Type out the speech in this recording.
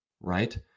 right